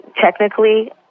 technically